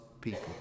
people